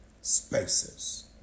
spaces